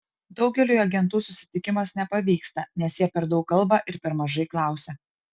daugeliui agentų susitikimas nepavyksta nes jie per daug kalba ir per mažai klausia